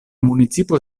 municipo